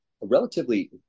relatively